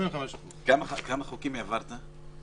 כמה חוקים העברת?